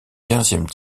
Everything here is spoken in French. quinzième